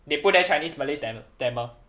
they put there chinese malay ta~ tamil